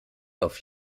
auf